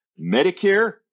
medicare